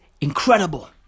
incredible